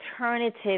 alternative